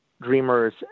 dreamers